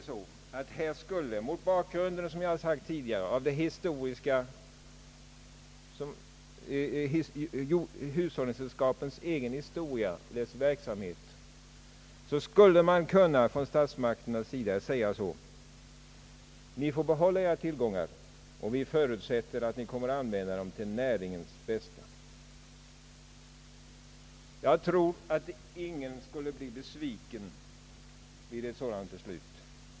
Mot bakgrun den av hushållningssällskapens egen historia tycker jag att det vore riktigare om statsmakterna i stället förklarade: Ni får behålla tillgångarna men vi förutsätter att ni använder dem till näringens bästa. Jag tror att ingen skulle bli besviken över ett beslut av den innebörden.